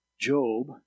Job